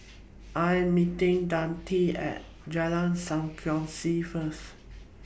I Am meeting Denita At Jalan SAM Kongsi First